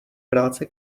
práce